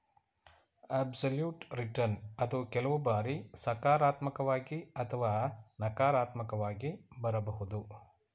absolute return ಅದು ಕೆಲವು ಬಾರಿ ಸಕಾರಾತ್ಮಕವಾಗಿ ಅಥವಾ ನಕಾರಾತ್ಮಕವಾಗಿ ಬರಬಹುದು